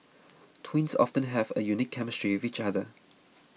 twins often have a unique chemistry which other